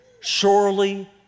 Surely